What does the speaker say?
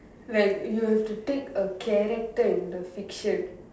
like you have to take a character in the fiction